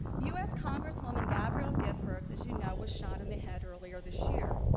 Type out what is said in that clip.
u s. congresswoman gabriel giffords, as you know, was shot in the head earlier this year.